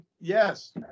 yes